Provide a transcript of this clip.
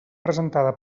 presentada